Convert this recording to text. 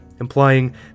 implying